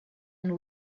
and